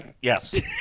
yes